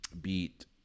beat